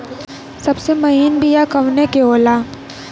सबसे महीन बिया कवने के होला?